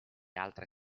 altre